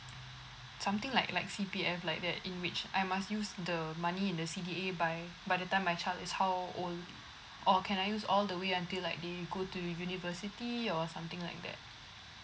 something like like C_P_F like that in which I must use the money in the C_D_A by by the time my child is how old or can I use all the way until like they go to university or something like that